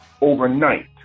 overnight